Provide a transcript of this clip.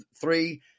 three